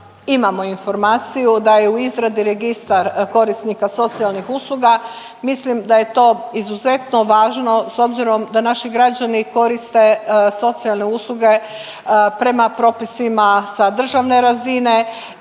imamo informaciju da je u izradi registar korisnika socijalnih usluga. Mislim da je to izuzetno važno s obzirom da naši građani koriste socijalne usluge prema propisima sa državne razine,